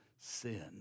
Sin